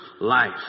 life